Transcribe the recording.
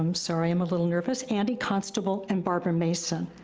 um sorry, i'm a little nervous, andy constable and barbara mason.